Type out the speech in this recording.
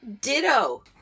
ditto